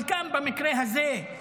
אבל כאן, במקרה הזה,